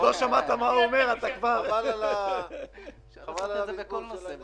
צריך להבין שמי שפועל כסוכן חלים עליו כל החובות של סוכן,